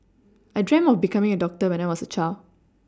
I dreamt of becoming a doctor when I was a child